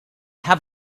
have